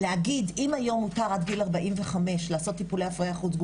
אם אי אפשר לעשות את זה בבת אחת,